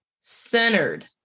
centered